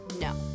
no